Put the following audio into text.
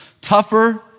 Tougher